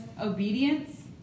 obedience